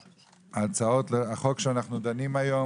הצעות החוק שאנחנו דנים היום